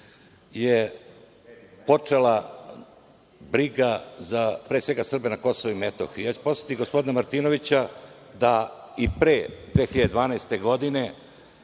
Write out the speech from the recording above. je počela briga za pre svega Srbe na KiM. Ja ću podsetiti gospodina Martinovića da i pre 2012. godine